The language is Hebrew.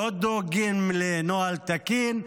לא דואגים לנוהל תקין,